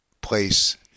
place